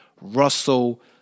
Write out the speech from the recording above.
Russell